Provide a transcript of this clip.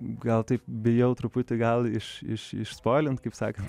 gal taip bijau truputį gal iš iš išspoilint kaip sakant